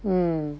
mm